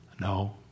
No